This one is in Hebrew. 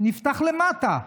נפתח למטה.